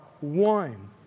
one